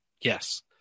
Yes